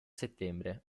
settembre